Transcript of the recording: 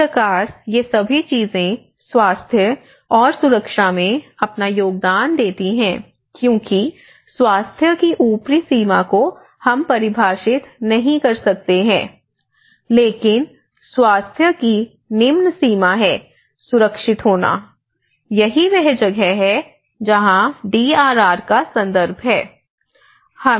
इस प्रकार ये सभी चीजें स्वास्थ्य और सुरक्षा में अपना योगदान देती हैं क्योंकि स्वास्थ्य की ऊपरी सीमा को हम परिभाषित नहीं कर सकते हैं लेकिन स्वास्थ्य की निम्न सीमा है सुरक्षित होना यही वह जगह है जहां डीआरआर का संदर्भ है